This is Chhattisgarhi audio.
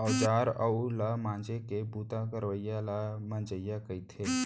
औजार उव ल मांजे के बूता करवइया ल मंजइया कथें